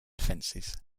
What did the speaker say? fences